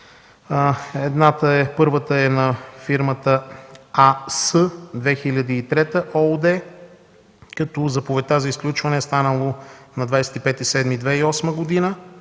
Първата е на фирмата „АС 2003” ООД, като заповедта за изключване е станала на 25 юли 2008 г.